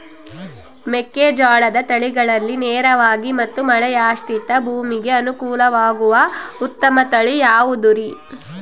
ಮೆಕ್ಕೆಜೋಳದ ತಳಿಗಳಲ್ಲಿ ನೇರಾವರಿ ಮತ್ತು ಮಳೆಯಾಶ್ರಿತ ಭೂಮಿಗೆ ಅನುಕೂಲವಾಗುವ ಉತ್ತಮ ತಳಿ ಯಾವುದುರಿ?